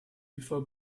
before